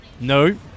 No